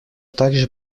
также